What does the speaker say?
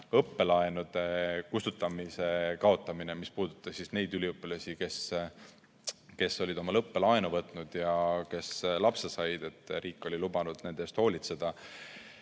õppelaenude kustutamise kaotamine, mis puudutas neid üliõpilasi, kes olid õppelaenu võtnud ja kes lapse said. Riik oli lubanud nende eest hoolitseda.